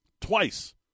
twice